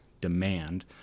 demand